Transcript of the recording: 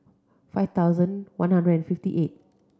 five thousand one hundred and fifty eight